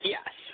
Yes